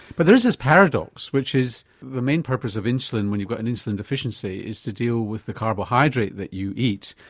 but there is this paradox which is the main purpose of insulin when you've got an insulin deficiency is to deal with the carbohydrate that you eat.